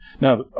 Now